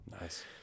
Nice